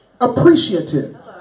appreciative